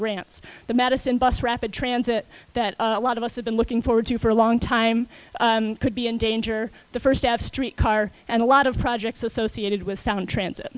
grants the madison bus rapid transit that a lot of us have been looking forward to for a long time could be in danger the first of street car and a lot of projects associated with sound transit